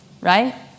right